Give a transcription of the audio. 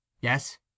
Yes